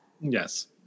Yes